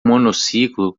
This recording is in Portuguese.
monociclo